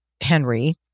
Henry